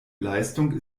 leistung